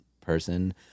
person